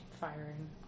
firing